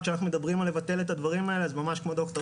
כשאנחנו מדברים על לבטל את הדברים האלה אז ממש כמו ד"ר